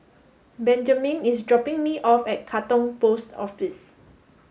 Benjamen is dropping me off at Katong Post Office